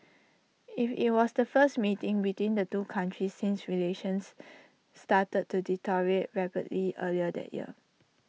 IT it was the first meeting between the two countries since relations started to deteriorate rapidly earlier that year